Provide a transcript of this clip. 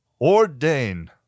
ordain